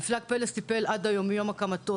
מפלג "פלס" טיפל עד היום מיום הקמתו,